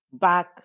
back